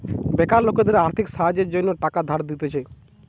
বেকার লোকদের আর্থিক সাহায্যের জন্য টাকা ধার দিতেছে